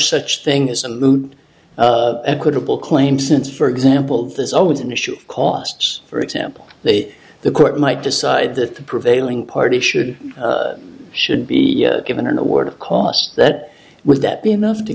such thing as a mood equitable claim since for example there's always an issue costs for example the the court might decide that the prevailing party should should be given an award of costs that would that be enough to